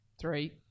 Three